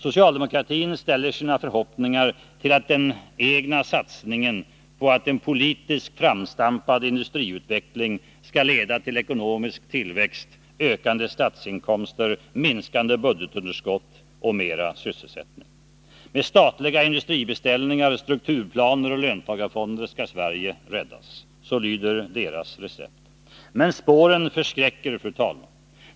Socialdemokratin ställer sina förhoppningar till att den egna satsningen på att en politiskt framstampad industriutveckling skall leda till ekonomisk tillväxt och ökande statsinkomster, minskande budgetunderskott och mera sysselsättning. Med statliga industribeställningar, strukturplaner och löntagarfonder skall Sverige räddas. — Så lyder deras recept. Men spåren förskräcker, fru talman.